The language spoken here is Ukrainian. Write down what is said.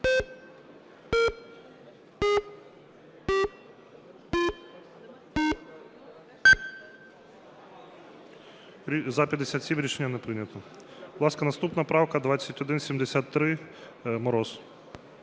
За-57 Рішення не прийнято. Будь ласка, наступна правка 2173, Мороз.